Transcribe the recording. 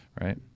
right